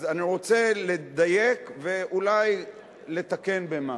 אז אני רוצה לדייק, ואולי לתקן במשהו,